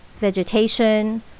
Vegetation